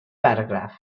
paragraph